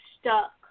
stuck